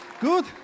Good